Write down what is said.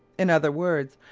in other words,